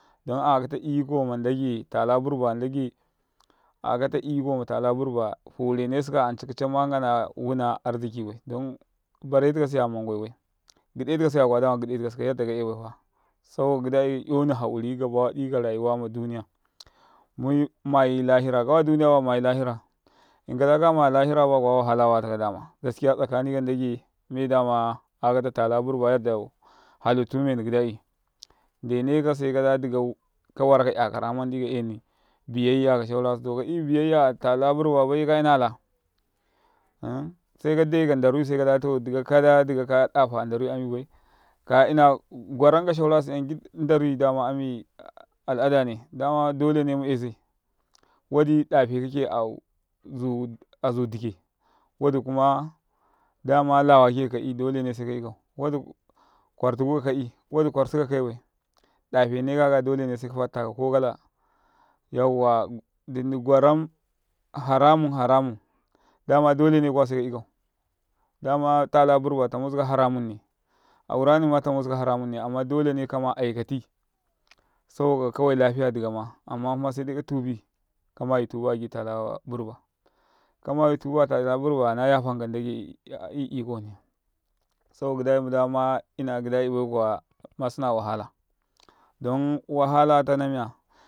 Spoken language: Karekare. Akata iko ma n ɗ age tala burba n ɗ age a'akata iko matala burba forenesika 'ya anca kica ngana wuna arziki bai ɗ an bare tikasiya manngwaibai tikasiya gi ɗ e tiasi saboka gi ɗ ai 'yoma hauri karayuna ɗ uniyaimu mayi lahira kawa ɗ uni baya mayi lahira inka ɗ a ka maya lahira baya kuwa wahala watakau ɗ ama jire gabeka n ɗ age me ɗ ama talaburba ya ɗ ɗ au halitta meni gi ɗ ai n ɗ ene kau se ka ɗ a ɗ ikau ka waraka 'yakara man ɗ i kaeni biyayya ka kina kasu to ka'yu biyayya atala burba bayye ka ina ala seka ɗ aika n ɗ arui seka ɗ a to ɗ ika ka ɗ a to ɗ ikaka ɗ afa n ɗ arui ami bai ka ɗ afa gwaram ka kinan kasu, gi ɗ ndarui ɗ ama al'a ɗ ane dama dolene mu'yaise wa ɗ i ɗ afe kau azu ɗ ike wa ɗ i kuma ɗ ama lawaka ke kakai ɗ dolene seka ikau wa ɗ i kwartuku kakai. wa ɗ i kwarsu kakaibai ɗ afene kakaya ɗ olene se ka fa ɗ takau kokala' yawwa ɗ ine gwaram haramum haramum' ɗ ama ɗ olene kuwa seka i kau ɗ ama tala burba tamusuka haram a urani ma tala burba tamusuka haramunne amma ɗ olene kama 'yai kawai lafiya ɗ ikama amma se ɗ ai katubi kamayi tuba agi tala burba kamayu tuba atala burba naya fankau n ɗ age i iko hni, saboka gi ɗ ai man ɗ a ma'yina gi ɗ ai bai kuwa masira mayata ɗ on mayata tanamiya